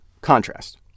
contrast